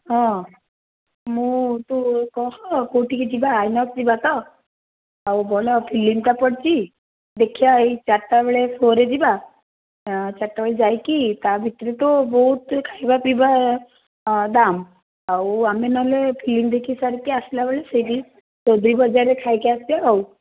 ହଁ ମୁଁ ତୁ କହ କେଉଁଠିକି ଯିବା ଆଇନକ୍ସ ଯିବା ତ ଆଉ ଭଲ ଫିଲ୍ମଟା ପଡ଼ିଛି ଦେଖିବା ଏଇ ଚାରିଟା ବେଳେ ଶୋ ରେ ଯିବା ଚାରିଟା ବେଳେ ଯାଇକି ତା ଭିତରକୁ ବହୁତ ଖାଇବା ପିଇବା ଦାମ୍ ଆଉ ଆମେ ନହେଲେ ଫିଲ୍ମ ଦେଖିସାରିକି ଆସିଲା ବେଳେ ସେଇଠି ସେ ବିଗ୍ ବଜାରରେ ଖାଇକି ଆସିବା ଆଉ